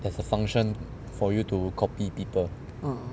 there's a function for you to copy people